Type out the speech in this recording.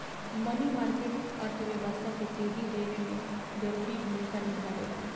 मनी market अर्थव्यवस्था के तेजी देवे में जरूरी भूमिका निभावेला